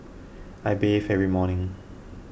I bathe every morning